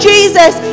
Jesus